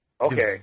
okay